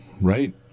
right